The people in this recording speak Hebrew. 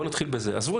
בואו נתחיל בזה,